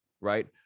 right